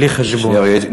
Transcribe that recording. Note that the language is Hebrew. מהטריליון שקל האלו,